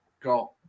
got